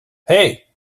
hey